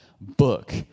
book